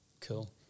Cool